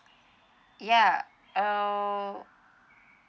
ya err